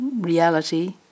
reality